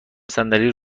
صندلی